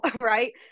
right